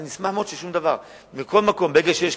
אני אשמח מאוד אם זה שום דבר.